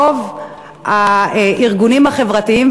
רוב הארגונים החברתיים,